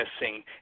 missing